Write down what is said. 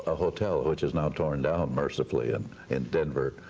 ah hotel which is now torn down mercifully, and in denver.